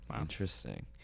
Interesting